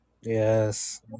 Yes